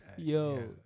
Yo